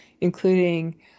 including